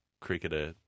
cricketer